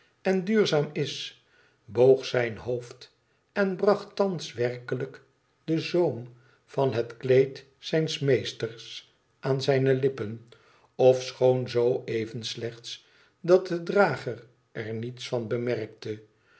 en duurzaam is boog zijn hoofd en bracht thans werkelijk den zoom van het kleed zijns meesters aan zijne lippen ofischoon zoo even slechts dat de drager er niets van bemerkte